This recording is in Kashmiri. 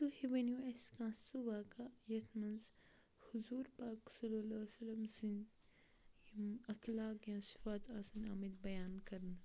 تُہۍ ؤنِو اَسہِ کانٛہہ سُہ واقع یَتھ منٛز حضوٗر پاک صلی اللہ وسلم سٕنٛدۍ یِم اخلاق یا صفات آسن آمٕتۍ بیان کَرنہٕ